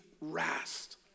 rest